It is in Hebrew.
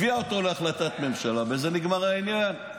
הביאה אותו להחלטת ממשלה, ובזה נגמר העניין.